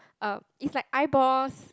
uh it's like eyeballs